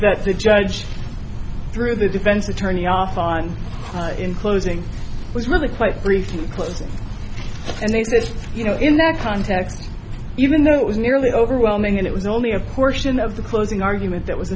that the judge threw the defense attorney off on in closing was really quite brief in the closing and they said you know in that context even though it was nearly overwhelming and it was only a portion of the closing argument that was